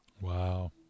Wow